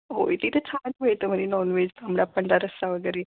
हो ते तर छान मिळतं म्हणे नॉनव्हेज तांबडा पांढरा रस्सा वगैरे